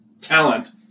talent